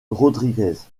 rodríguez